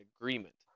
agreement